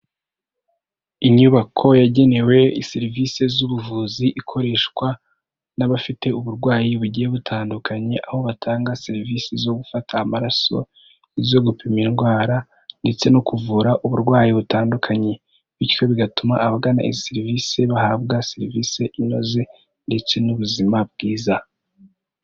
Inyubako yagenewe serivisi z'ubuvuzi, ikoreshwa n'abafite uburwayi bugiye butandukanye, aho batanga serivisi zo gufata amaraso, izo gupima indwara, ndetse no kuvura uburwayi butandukanye. Bityo bigatuma abagana izi serivisi bahabwa serivisi inoze, ndetse n'ubuzima bwiza.